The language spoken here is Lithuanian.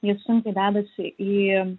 jie sunkiai vedasi į